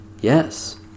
Yes